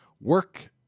Work